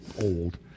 old